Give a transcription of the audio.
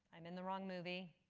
i'm in the wrong movie.